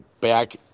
back